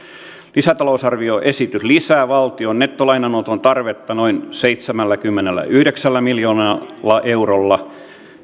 lisätalousarvioesitys lisää valtion nettolainanoton tarvetta noin seitsemälläkymmenelläyhdeksällä miljoonalla eurolla